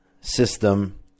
system